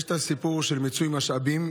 יש הסיפור של מיצוי משאבים,